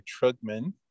Trugman